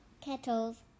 kettles